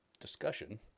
Discussion